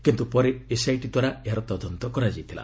କିନ୍ତୁ ପରେ ଏସ୍ଆଇଟି ଦ୍ୱାରା ଏହାର ତଦନ୍ତ କରାଯାଇଥିଲା